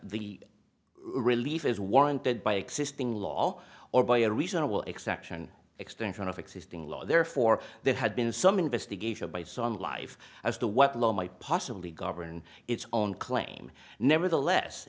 the relief is warranted by existing law or by a reasonable expection extension of existing law therefore they had been some investigation based on life as to what law might possibly govern its own claim nevertheless